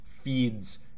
feeds